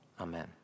Amen